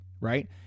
Right